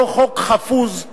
לא חוק חפוז,